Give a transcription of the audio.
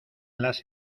las